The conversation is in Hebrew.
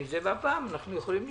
הפעם אנחנו יכולים להתקדם.